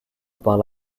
parle